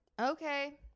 Okay